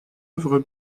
œuvre